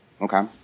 okay